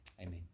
Amen